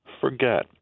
forget